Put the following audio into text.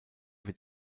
wird